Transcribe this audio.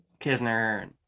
Kisner